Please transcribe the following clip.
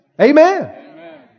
Amen